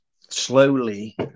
slowly